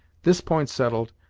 this point settled,